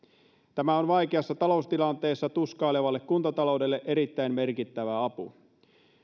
tämä on vaikeassa taloustilanteessa tuskailevalle kuntataloudelle erittäin merkittävä apu